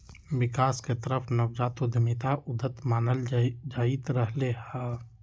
विकास के तरफ नवजात उद्यमिता के उद्यत मानल जाईंत रहले है